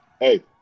hey